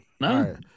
no